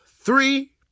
three